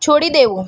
છોડી દેવું